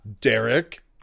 Derek